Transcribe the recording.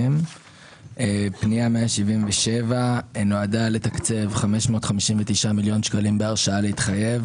פנייה 177 נועדה לתקצב 559 מיליון שקלים בהרשאה להתחייב